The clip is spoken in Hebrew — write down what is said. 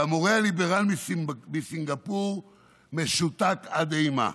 והמורה הליברל מסינגפור משותק עד אימה.